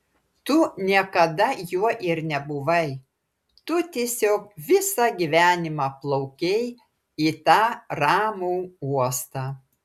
tu niekada juo ir nebuvai tu tiesiog visą gyvenimą plaukei į tą ramų uostą